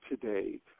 today